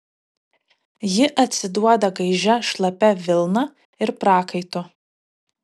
ji atsiduoda gaižia šlapia vilna ir prakaitu